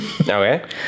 Okay